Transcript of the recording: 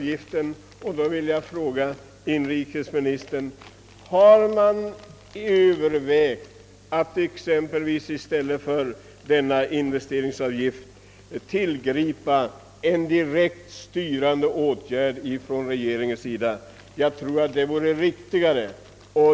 Jag vill i detta sammanhang fråga inrikesministern: Har man övervägt att i stället för denna investeringsavgift exempelvis vidtaga en direkt styrande åtgärd från regeringens sida? Jag tror detta senare vore riktigare.